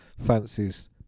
fancies